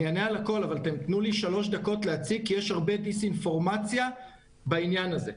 אבל תנו לי 3 דקות להציג כי יש הרבה דיסאינפורמציה בעניין הזה.